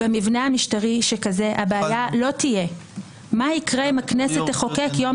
במבנה משטרי שכזה הבעיה לא תהיה מה יקרה אם הכנסת תחוקק יום